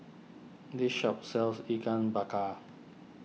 this shop sells Ikan Bakar